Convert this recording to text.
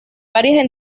varias